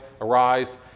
arise